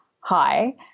hi